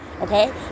Okay